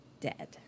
dead